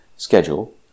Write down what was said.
schedule